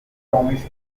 promise